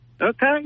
Okay